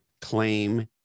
claim